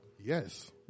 Yes